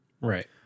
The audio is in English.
Right